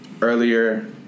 Earlier